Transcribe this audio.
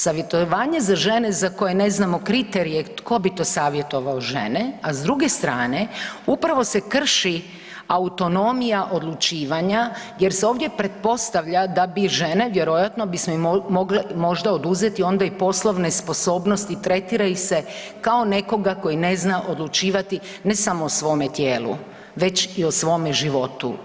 Savjetovanje za žene za koje ne znamo kriterije tko bi to savjetovao žene, a s druge strane, upravo se krši autonomija odlučivanja jer se ovdje pretpostavlja da bi žene vjerojatno, bismo mogle možda i oduzeti onda i poslovne sposobnosti, tretira ih se kao nekoga koji ne zna odlučivati, ne samo o svome tijelu već i o svome životu.